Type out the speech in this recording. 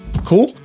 Cool